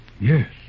Yes